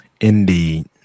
indeed